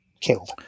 killed